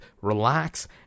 relax